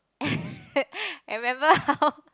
I remember how